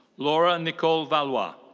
laura nicole valois.